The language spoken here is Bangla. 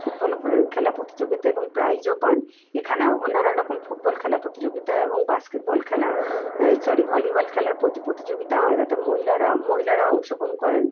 ফুটবল খেলা প্রতিযোগিতা এবং প্রাইজও পান এখানেও নানান রকম ফুটবল খেলা প্রতিযোগিতা এবং বাস্কেটবল খেলা সরি ভলিবল খেলার প্রতি প্রতিযোগিতা হয় তাতে মহিলারা মহিলারা অংশগ্রহণ করেন